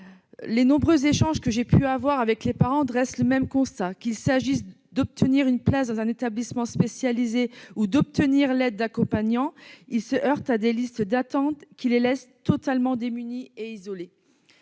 Les nombreux échanges que j'ai pu avoir avec les parents aboutissent au même constat : qu'il s'agisse d'obtenir une place dans un établissement spécialisé ou d'obtenir l'aide d'accompagnants, ils se heurtent à des listes d'attente, qui les laissent totalement démunis et isolés.